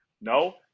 No